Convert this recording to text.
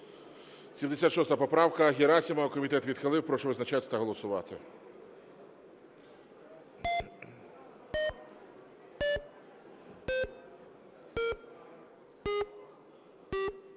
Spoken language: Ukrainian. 80 поправка Герасимова, комітет відхилив. Прошу визначатися та голосувати.